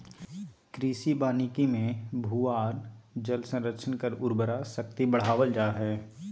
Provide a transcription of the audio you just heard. कृषि वानिकी मे भू आर जल संरक्षण कर उर्वरा शक्ति बढ़ावल जा हई